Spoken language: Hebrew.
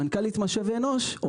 מנכ"לית משאבי אנוש,